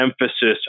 emphasis